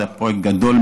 זה היה פרויקט גדול,